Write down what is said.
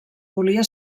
volia